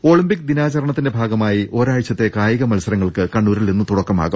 Olympic ദിനാചരണത്തിന്റെ ഭാഗമായി ഒരാഴ്ചത്തെ കായികമത്സരങ്ങൾക്ക് കണ്ണൂരിൽ ഇന്ന് തുടക്കമാവും